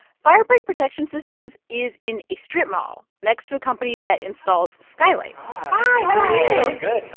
fire break protection systems is in a strip mall next to a company that installs skylights hi good.